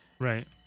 Right